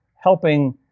helping